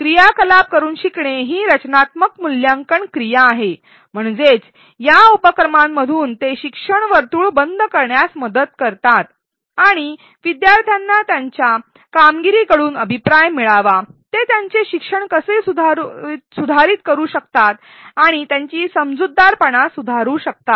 क्रियाकलाप करुन शिकणे ही रचनात्मक मूल्यांकन क्रिया आहे म्हणजेच या उपक्रमांमधून ते शिक्षण वर्तुळ बंद करण्यात मदत करतात आणि विद्यार्थ्यांना त्यांच्या कामगिरीकडून अभिप्राय मिळावा ते त्यांचे शिक्षण कसे सुधारित करू शकतात आणि त्यांची समजूतदारपणा सुधारू शकतात